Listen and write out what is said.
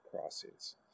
crossings